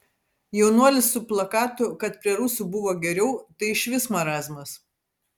jaunuolis su plakatu kad prie rusų buvo geriau tai išvis marazmas